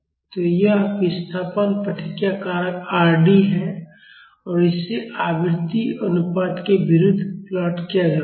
तो यह विस्थापन प्रतिक्रिया कारक Rd है और इसे आवृत्ति अनुपात के विरुद्ध प्लॉट किया जाता है